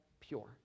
pure